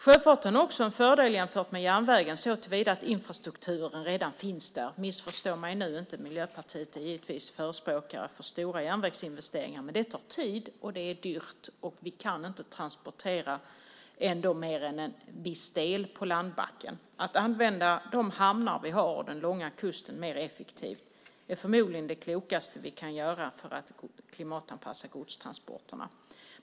Sjöfarten har också en fördel jämfört med järnvägen såtillvida att infrastrukturen redan finns där. Missförstå mig nu inte, Miljöpartiet är givetvis förespråkare för stora järnvägsinvesteringar, men det tar tid, det är dyrt och vi kan ändå inte transportera mer än en viss del på landbacken. Att använda de hamnar vi har och den långa kusten mer effektivt är förmodligen det klokaste vi kan göra för att klimatanpassa godstransporterna.